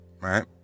right